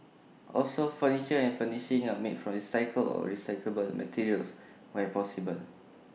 also furniture and furnishings are made from recycled or recyclable materials where possible